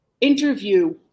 interview